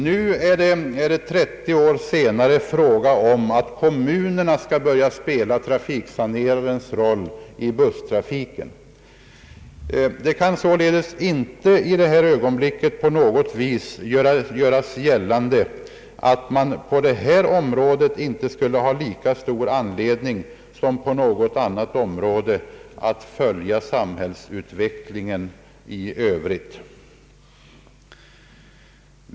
Nu 30 år senare är det fråga om att kommunerna skall börja spela trafiksanerarens roll i fråga om busstrafiken. Det kan således i dag inte på något vis göras gällande att vi på det här området inte skulle ha lika stor anledning som på något annat område att följa samhällsutvecklingen i övrigt.